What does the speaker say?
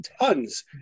tons